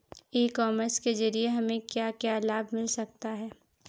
ई commerce के ज़रिए हमें क्या क्या लाभ मिल सकता है?